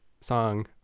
song